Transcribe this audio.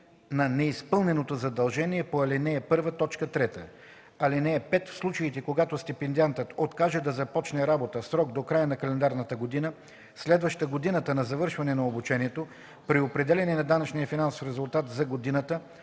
на неизпълненото задължение по ал. 1, т. 3. (5) В случаите когато стипендиантът откаже да започне работа в срок до края на календарната година, следваща годината на завършване на обучението, при определяне на данъчния финансов резултат за годината